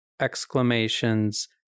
exclamations